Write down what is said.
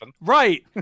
right